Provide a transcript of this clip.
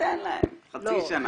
ניתן להם חצי שנה.